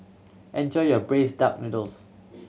enjoy your braised duck noodles